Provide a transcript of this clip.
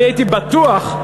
הייתי בטוח,